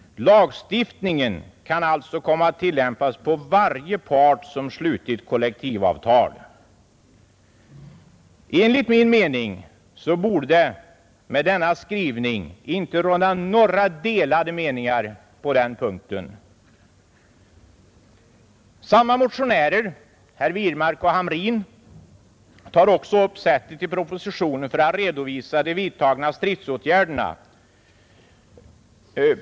Lagstiftningen kan alltså komma att tillämpas på varje part som slutit kollektivavtal.” Enligt min mening bör det med denna skrivning inte råda några delade meningar på den punkten. Samma motionärer, herr Wirmark och herr Hamrin, tar också upp sättet i propositionen att redovisa de vidtagna stridsåtgärderna.